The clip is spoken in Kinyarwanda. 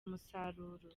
umusaruro